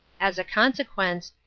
as a consequence,